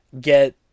get